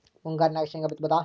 ಮುಂಗಾರಿನಾಗ ಶೇಂಗಾ ಬಿತ್ತಬಹುದಾ?